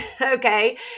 Okay